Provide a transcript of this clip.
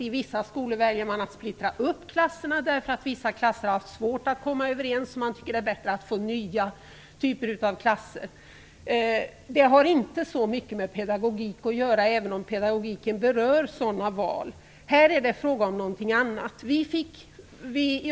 I vissa skolor väljer man att splittra upp klasserna därför att vissa klasser har haft svårt att komma överens, och man tycker att det är bättre att få nya typer av klasser. Det har inte så mycket med pedagogik att göra, även om pedagogiken berör sådana val. Här är det fråga om något annat.